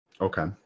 Okay